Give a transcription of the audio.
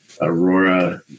aurora